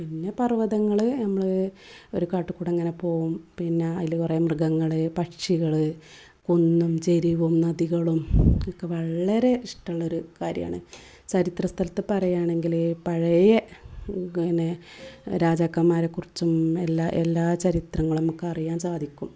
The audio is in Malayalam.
പിന്നെ പർവ്വതങ്ങൾ നമ്മൾ ഒരു കാട്ടിൽ കൂടി ഇങ്ങനെ പോവും പിന്ന അതിൽ കുറേ മൃഗങ്ങൾ പക്ഷികൾ കുന്നും ചരിവും നദികളും ഒക്കെ വളരെ ഇഷ്ടമുള്ളൊരു കാര്യമാണ് ചരിത്ര സ്ഥലത്ത് പറയുവാണെങ്കിൽ പഴയ പിന്നെ രാജാക്കന്മാരെ കുറിച്ചും എല്ലാ എല്ലാ ചരിത്രങ്ങളും നമുക്കറിയാൻ സാധിക്കും